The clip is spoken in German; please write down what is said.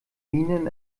minen